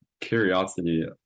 curiosity